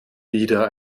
wieder